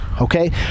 okay